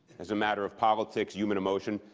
as a matter of politics, human emotion?